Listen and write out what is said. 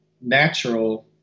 natural